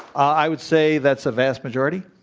i would say that's a vast majority.